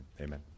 amen